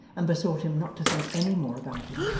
and besought him not to think any more about it.